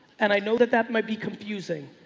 and i know that that might be confusing,